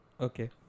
Okay